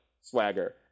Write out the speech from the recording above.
swagger